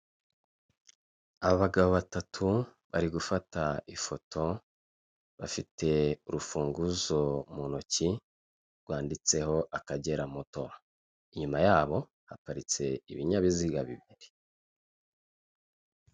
Abagabo batatu bari gufata ifoto bafite urufunguzo mu ntoki rwanditseho akagera moto, inyuma ya bo haparitse ibinyabiziga bibiri.